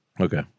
Okay